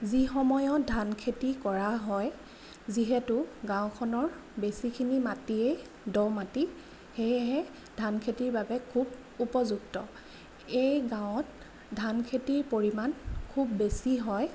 যি সময়ত ধান খেতি কৰা হয় যিহেতু গাঁওখনৰ বেছিখিনি মাটিয়েই দ' মাটি সেয়েহে ধান খেতিৰ বাবে খুব উপযুক্ত এই গাঁৱত ধান খেতিৰ পৰিমাণ খুব বেছি হয়